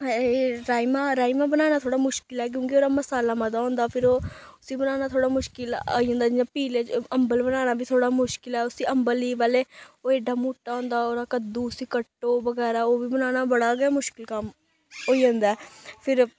राजमाह् राजमाह् बनाना थोह्ड़ा मुश्कल ऐ क्योंकि ओह्दा मसाला मता होंदा ऐ फिर ओह् उस्सी बनाना थोह्ड़ा मुश्कल आई जंदा जि'यां पीले अंबल बनाना बी थोह्ड़ा मुश्कल ऐ उस्सी अंबल गी पैह्लें ओह् एड्डा मुट्टा होंदा ऐ ओह्दा कद्दू उस्सी कट्टो बगैरा ओह् बी बनाना बड़ा गै मुश्किल कम्म होई जंदा ऐ फिर